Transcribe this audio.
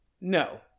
No